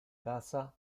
casa